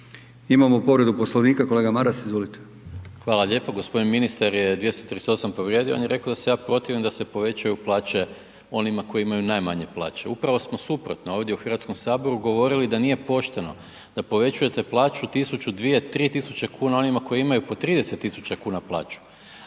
Imamo povredu Poslovnika. Kolega Maras izvolite. **Maras, Gordan (SDP)** Hvala lijepo. Gospodin Ministar je 238. povrijedio, on je rekao da se ja protivim da se povećaju plaće onima koji imaju najmanje plaće. Upravo smo suprotno ovdje u Hrvatskom saboru govorili da nije pošteno da povećavate plaću tisuću, dvije, tri tisuće kuna onima koji imaju po 30.000 kuna plaću,